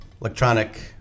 electronic